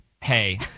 hey